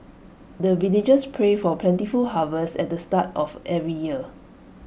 the villagers pray for plentiful harvest at the start of every year